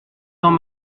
temps